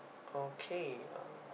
okay uh